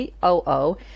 COO